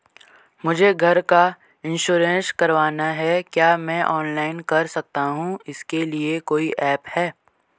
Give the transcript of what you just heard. मुझे घर का इन्श्योरेंस करवाना है क्या मैं ऑनलाइन कर सकता हूँ इसके लिए कोई ऐप है?